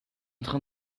train